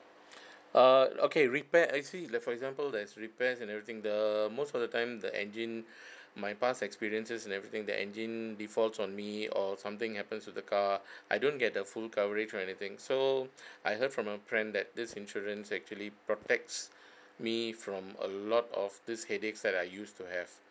err okay repair actually like for example there's repairs and everything the most of the time the engine my past experiences and everything the engine defaults on me or something happens to the car I don't get a full coverage or anything so I heard from a friend that this insurance actually protects me from a lot of this headaches that I used to have